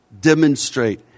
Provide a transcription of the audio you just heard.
demonstrate